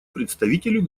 представителю